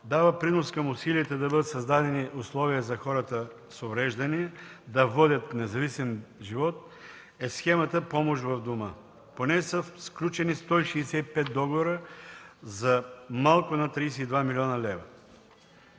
дава принос към усилията да бъдат създадени условия за хората с увреждания, да водят независим живот, е схемата „Помощ в дома”. По нея са сключени 165 договора за малко над 32 млн. лв.